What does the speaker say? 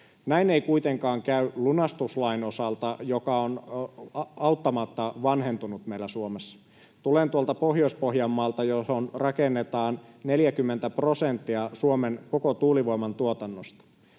Näin ei kuitenkaan käy lunastuslain osalta, joka on auttamatta vanhentunut meillä Suomessa. Tulen tuolta Pohjois-Pohjanmaalta, johon rakennetaan 40 prosenttia Suomen koko tuulivoiman tuotannosta.